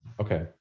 okay